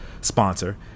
sponsor